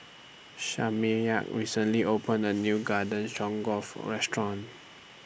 Shamiya recently opened A New Garden Stroganoff Restaurant